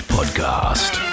Podcast